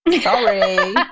Sorry